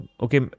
okay